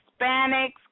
Hispanics